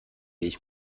ich